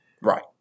Right